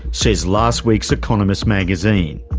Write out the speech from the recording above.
says last week's economist magazine.